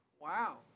Wow